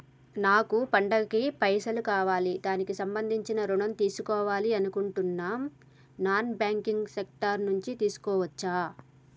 నాకు పండగ కి పైసలు కావాలి దానికి సంబంధించి ఋణం తీసుకోవాలని అనుకుంటున్నం నాన్ బ్యాంకింగ్ సెక్టార్ నుంచి తీసుకోవచ్చా?